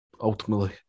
ultimately